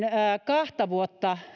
kahta vuotta